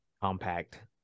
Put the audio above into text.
compact